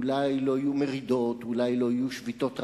אולי לא יהיו מרידות, אולי לא יהיו שביתות רעב,